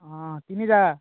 ହଁ ତିନିଟା